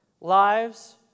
Lives